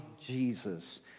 Jesus